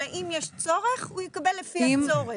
אם יש צורך הוא יקבל לפי הצורך.